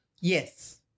Yes